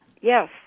Yes